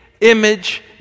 image